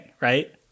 right